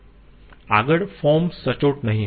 આગળ ફોર્મ સચોટ નહીં હોય